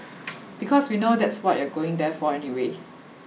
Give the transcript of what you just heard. because we know that's what you're going there for anyway